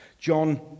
John